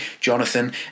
Jonathan